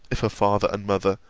if a father and mother,